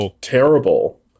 terrible